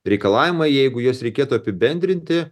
reikalavimai jeigu juos reikėtų apibendrinti